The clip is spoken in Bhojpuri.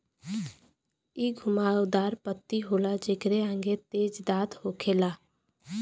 इ घुमाव दार पत्ती होला जेकरे आगे तेज दांत होखेला